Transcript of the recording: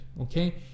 okay